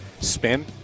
spin